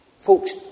Folks